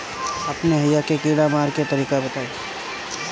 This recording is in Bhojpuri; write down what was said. अपने एहिहा के कीड़ा मारे के तरीका बताई?